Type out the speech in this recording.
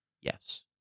Yes